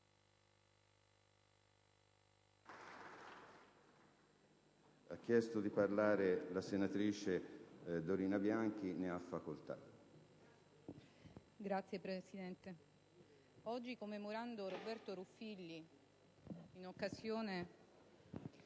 Signor Presidente, oggi, commemorando Roberto Ruffilli in occasione del